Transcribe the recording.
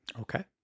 okay